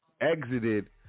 exited